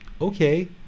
okay